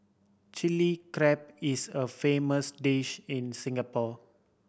Chilli Crab is a famous dish in Singapore